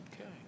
Okay